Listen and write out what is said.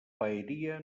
paeria